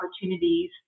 opportunities